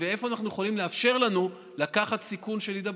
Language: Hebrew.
ואיפה אנחנו יכולים לאפשר לנו לקחת סיכון של הידבקויות.